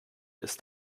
ist